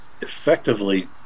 effectively